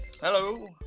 Hello